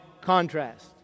contrast